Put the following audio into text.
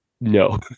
no